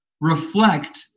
reflect